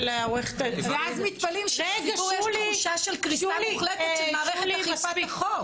ואז מתפלאים שיש תחושה של קריסה מוחלטת של רשות אכיפת החוק.